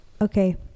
Okay